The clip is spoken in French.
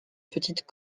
petite